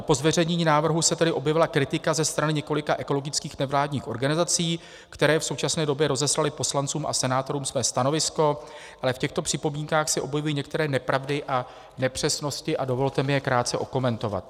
Po zveřejnění návrhu se tedy objevila kritika ze strany několika ekologických nevládních organizací, které v současné době rozeslaly poslancům a senátorům své stanovisko, ale v těchto připomínkách se objevují některé nepravdy a nepřesnosti a dovolte mi je krátce okomentovat.